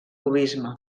cubisme